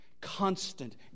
constant